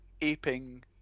aping